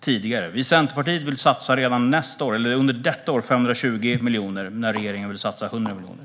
Vi i Centerpartiet vill redan under detta år satsa 520 miljoner, medan regeringen vill satsa 100 miljoner.